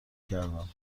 کردم